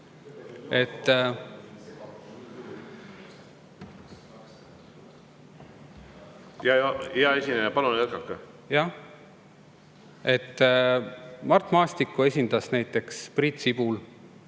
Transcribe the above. Hea esineja, palun jätkake. Jah. Mart Maastikku esindas näiteks Priit Sibul